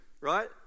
right